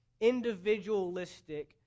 individualistic